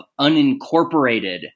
unincorporated